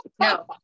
No